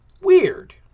Weird